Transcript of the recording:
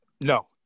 No